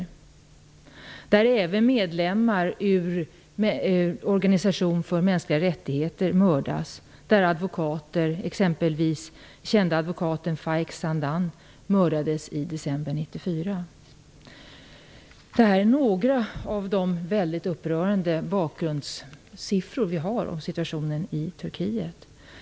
Det handlar om ett land där även medlemmar i organisationer för de mänskliga rättigheterna mördas och där t.ex. den kända advokaten Faik Candan mördades i december 1994. Detta är några av de väldigt upprörande bakgrundssiffror vi har om situationen i Turkiet.